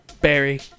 Barry